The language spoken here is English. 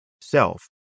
self